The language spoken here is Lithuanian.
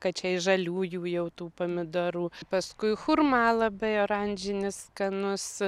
kad čia iš žaliųjų jau tų pomidorų paskui hurmala bei oranžinis skanus